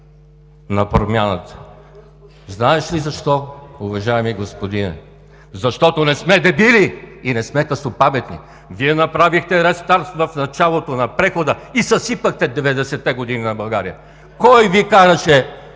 от ДПС.) Знаеш ли защо, уважаеми господине? Защото не сме дебили и не сме късопаметни! Вие направихте рестарт в началото на прехода и съсипахте деветдесетте години на България. Кой Ви караше